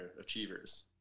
Achievers